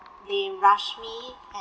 they rush me and